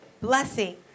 blessing